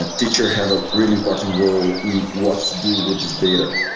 ah teachers have a really important role in what to do with this data.